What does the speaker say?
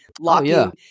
locking